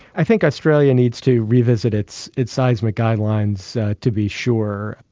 i think australia needs to revisit its its seismic guidelines to be sure.